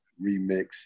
Remix